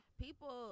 people